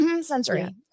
sensory